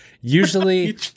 usually